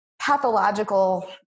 pathological